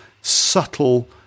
subtle